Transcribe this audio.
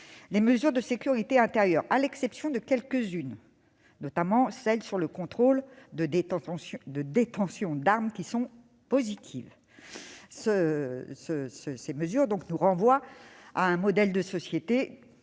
ces mesures de sécurité intérieure- à l'exception de quelques-unes, comme le contrôle de la détention d'armes, qui sont positives -nous renvoient à un modèle de société